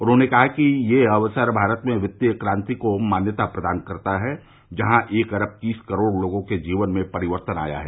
उन्होंने कहा कि ये अवसर भारत में वित्तीय क्रांति को मान्यता प्रदान करता है जहां एक अरब तीस करोड़ लोगों के जीवन में परिक्तन आया है